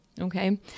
Okay